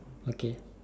okay